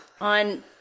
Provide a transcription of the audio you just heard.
on